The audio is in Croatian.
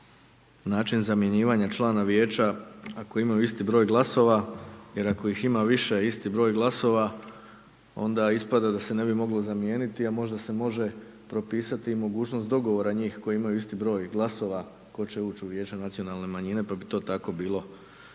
način zamjenjivanja člana Vijeća ako imaju isti broj glasova, jer ako ih ima više isti broj glasova, onda ispada da se ne bi moglo zamijeniti, a možda se može propisati i mogućnost dogovora njih koji imaju isti broj glasova tko će ući u Vijeće nacionalne manjine, pa bi to tako bilo,